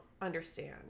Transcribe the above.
understand